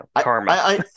karma